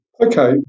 Okay